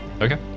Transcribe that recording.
okay